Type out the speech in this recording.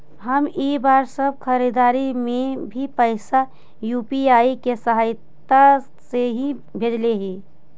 हम इ बार सब खरीदारी में भी पैसा यू.पी.आई के सहायता से ही भेजले हिय